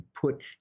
put